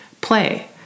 Play